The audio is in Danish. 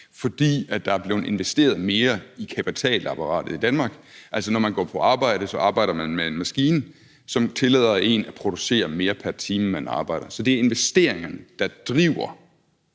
fordi der er blevet investeret mere i kapitalapparatet i Danmark. Altså, når man går på arbejde, arbejder man med en maskine, som tillader en at producere mere pr. time, man arbejder. Så det er investeringerne, der driver